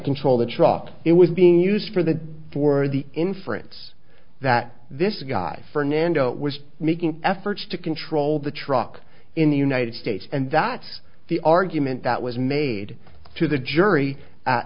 control the trough it was being used for the for the inference that this guy fernando was making efforts to control the truck in the united states and that's the argument that was made to the jury